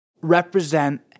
represent